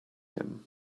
him